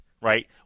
right